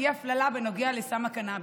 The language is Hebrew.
אי-הפללה בנוגע לסם הקנביס.